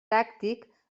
tàctic